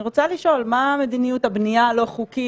אני רוצה לשאול: מה מדיניות הבנייה הלא חוקית?